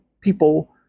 people